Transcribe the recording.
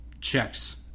checks